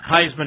Heisman